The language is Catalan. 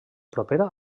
propera